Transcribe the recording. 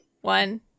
One